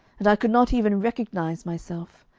and i could not even recognise myself.